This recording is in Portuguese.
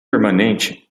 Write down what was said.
permanente